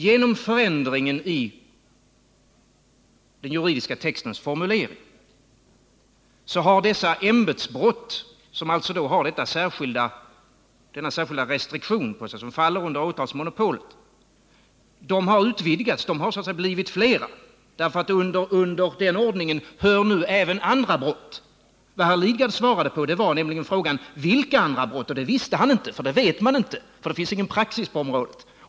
Genom förändringen i den juridiska textens formulering har dessa ämbetsbrott, som faller under åtalsmonopolet, blivit fler; under den ordningen hör nu även andra brott. Vad herr Lidgard svarade på var nämligen frågan om vilka andra brott det gäller, och det visste han inte. Det vet man inte, för det finns ingen praxis på området.